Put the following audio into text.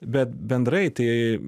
bet bendrai tai